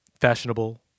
Fashionable